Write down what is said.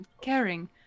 caring